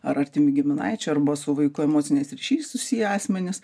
ar artimi giminaičiai arba su vaiku emociniais ryšiais susiję asmenys